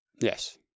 Yes